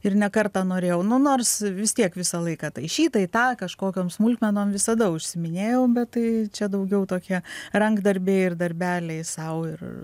ir ne kartą norėjau nu nors vis tiek visą laiką tai šį tai tą kažkokiom smulkmenom visada užsiiminėjau bet tai čia daugiau tokie rankdarbiai ir darbeliai sau ir